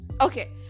okay